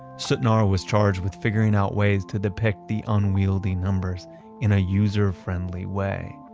sutnar was charged with figuring out ways to depict the unyielding numbers in a user-friendly way.